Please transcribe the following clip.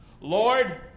lord